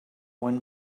one